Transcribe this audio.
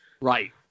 right